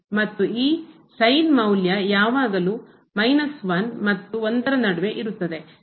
ಮತ್ತು ಈ ಮೌಲ್ಯ ಯಾವಾಗಲೂ ಮತ್ತು ನಡುವೆ ಇರುತ್ತದೆ ಎಂದು ನಮಗೆ ತಿಳಿದಿದೆ